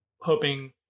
hoping